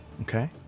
Okay